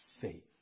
faith